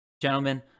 gentlemen